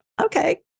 okay